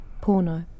porno